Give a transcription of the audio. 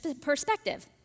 perspective